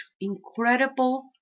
incredible